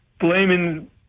blaming